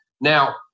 Now